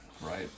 Right